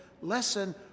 lesson